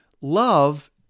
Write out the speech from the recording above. love